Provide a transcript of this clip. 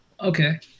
Okay